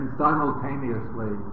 simultaneously